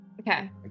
Okay